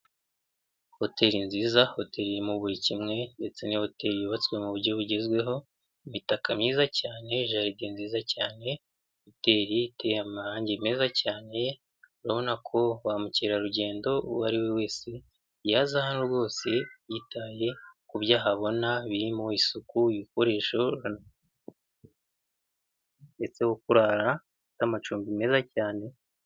Hoteri nziza, hoteri irimo buri kimwe, ndetse ni hoteri yubatswe mu buryo bugezweho, imitaka myiza cyane, garden nziza cyane, hoteri iteye amarangi meza cyane, urabona ko ba mukerarugendo, uwo ari we wese, yaza hano rwose, yitaye ku byo ahabona, birimo isuku, ibikoresho, ndetse ho kurara, n'amacumbi meza cyane.